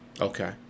Okay